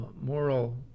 moral